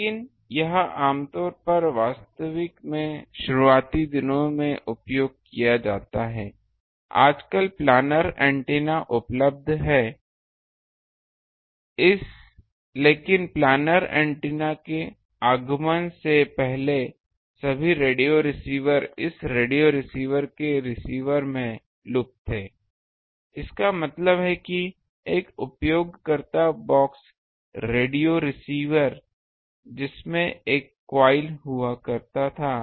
लेकिन यह आमतौर पर वास्तव में शुरुआती दिनों में उपयोग किया जाता है आजकल प्लानर एंटीना उपलब्ध हैं लेकिन प्लानर एंटीना के आगमन से पहले सभी रेडियो रिसीवर इस रेडियो रिसीवर के रिसीवर में लूप थे इसका मतलब है एक उपयोगकर्ता बॉक्स रेडियो रिसीवर जिसमें एक कॉइल हुआ करता था